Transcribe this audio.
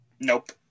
Nope